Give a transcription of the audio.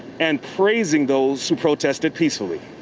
and praising those who protested peacefully.